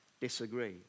disagree